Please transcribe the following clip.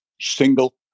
single